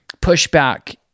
pushback